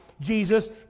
Jesus